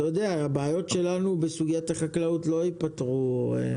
אתה יודע הבעיות שלנו בסוגית החקלאות לא יפתרו.